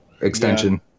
extension